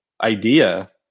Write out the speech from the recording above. idea